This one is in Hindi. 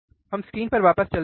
हम स्क्रीन पर वापस चलते हैं